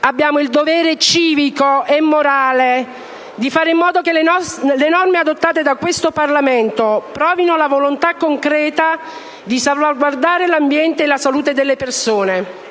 abbiamo il dovere civico e morale di fare in modo che le norme adottate da questo Parlamento provino la volontà concreta di salvaguardare l'ambiente e la salute delle persone.